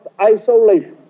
isolation